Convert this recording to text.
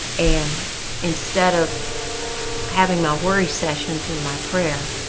and instead of having my worry sessions in my prayer,